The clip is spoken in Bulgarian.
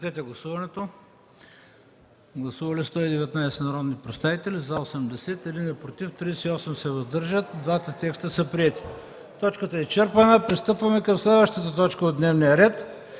Точката е изчерпана. Пристъпваме към следващата точка от дневния ред: